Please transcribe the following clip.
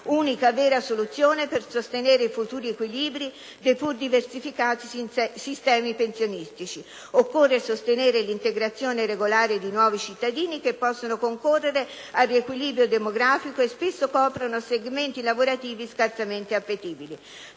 unica vera soluzione per sostenere i futuri equilibri dei pur diversificati sistemi pensionistici. Occorre sostenere l'integrazione regolare di nuovi cittadini che possono concorrere al riequilibrio demografico e spesso coprono segmenti lavorativi scarsamente appetibili.